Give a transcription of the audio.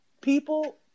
people